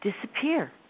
disappear